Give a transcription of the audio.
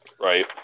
Right